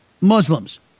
Muslims